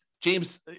James